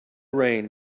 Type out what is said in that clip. rain